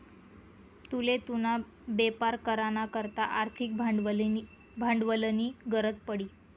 तुले तुना बेपार करा ना करता आर्थिक भांडवलनी गरज पडी